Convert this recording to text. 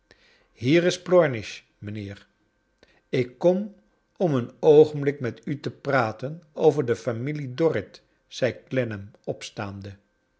hier is plornish mijnheer ik kom om een oogenblik met u te praten over de familie dorrit zei clennam opstaande